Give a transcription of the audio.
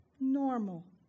Normal